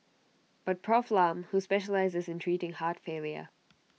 but Prof Lam who specialises in treating heart failure